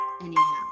anyhow